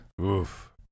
Oof